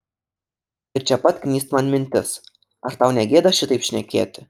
ir čia pat knyst man mintis ar tau negėda šitaip šnekėti